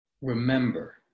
remember